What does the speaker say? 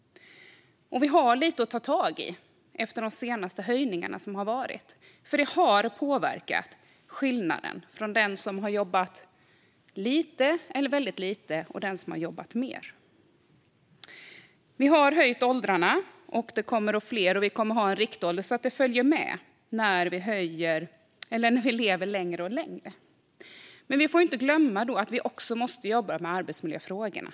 Vi har lite att ta tag i efter de senaste höjningarna som har varit. Det har påverkat skillnaden mellan den som har jobbat lite eller väldigt lite och den som har jobbat mer. Vi har höjt åldrarna. Det kommer fler höjningar. Vi kommer att ha en riktålder så att det följer med när vi lever allt längre. Men vi får inte glömma att vi också måste jobba med arbetsmiljöfrågorna.